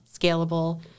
scalable